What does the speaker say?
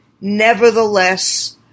nevertheless